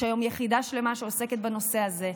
יש היום יחידה שלמה שעוסקת בנושא הזה.